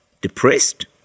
depressed